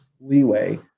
leeway